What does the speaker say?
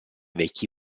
vecchi